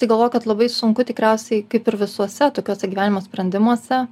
tik galvoju kad labai sunku tikriausiai kaip ir visuose tokiuose gyvenimo sprendimuose